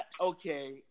Okay